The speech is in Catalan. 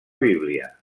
bíblia